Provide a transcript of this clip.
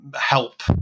help